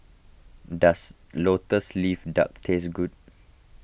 does Lotus Leaf Duck taste good